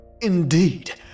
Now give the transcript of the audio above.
indeed